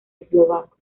eslovaco